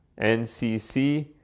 NCC